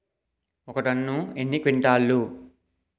ఒక టన్ను ఎన్ని క్వింటాల్లు?